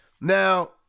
Now